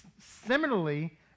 Similarly